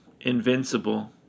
invincible